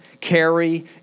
carry